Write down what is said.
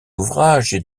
ouvrages